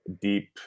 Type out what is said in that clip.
deep